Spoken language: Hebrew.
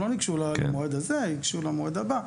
הן לא ניגשו למועד הזה, ייגשו למועד הבא.